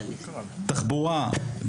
תחבורה,